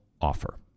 offer